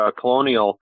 Colonial